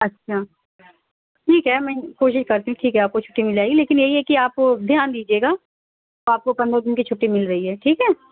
اچھا ٹھیک ہے میں کوشش کرتی ہوں ٹھیک ہے آپ کو چھٹی مل جائے گی لیکن یہی ہے کہ آپ دھیان دیجیے گا آپ کو پںدرہ دن کی چھٹی مل رہی ہے ٹھیک ہے